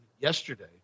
yesterday